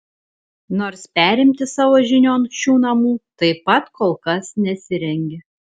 nors perimti savo žinion šių namų taip pat kol kas nesirengia